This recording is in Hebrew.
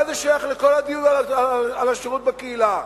מה זה שייך לכל הדיון על השירות בקהילה?